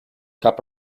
cup